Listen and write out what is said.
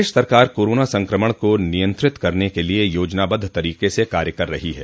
प्रदेश सरकार कोरोना संक्रमण को नियंत्रित करने के लिए योजनाबद्ध तरीके से कार्य कर रही है